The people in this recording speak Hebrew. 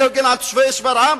אלה הגנו על תושבי שפרעם,